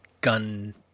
gun